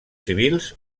civils